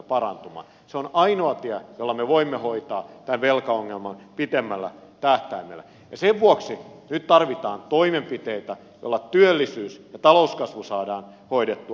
se on ainoa tie jolla me voimme hoitaa tämän velkaongelman pitemmällä tähtäimellä ja sen vuoksi nyt tarvitaan toimenpiteitä joilla työllisyys ja talouskasvu saadaan hoidettua